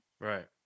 Right